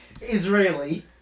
Israeli